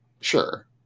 Sure